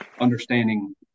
understanding